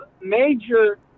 major